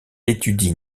étudie